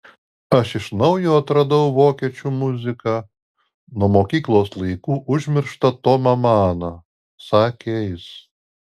aš iš naujo atradau vokiečių muziką nuo mokyklos laikų užmirštą tomą maną sakė jis